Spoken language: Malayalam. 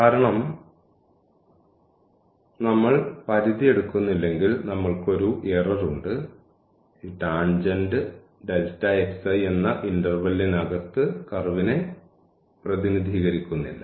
കാരണം നമ്മൾ പരിധി എടുക്കുന്നില്ലെങ്കിൽ നമ്മൾക്ക് ഒരു എറർ ഉണ്ട് കാരണം ഈ ടാൻജെന്റ് എന്ന ഇൻറർവെല്ലിനകത്ത് കർവിനെ പ്രതിനിധീകരിക്കുന്നില്ല